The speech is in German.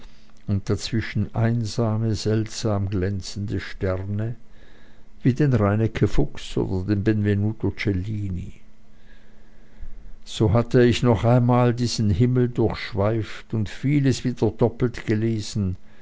und dazwischen einzelne seltsam glänzende sterne wie den reineke fuchs oder den benvenuto cellini so hatte ich noch einmal diesen himmel durchschweift und vieles wieder doppelt gelesen